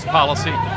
policy